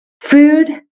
food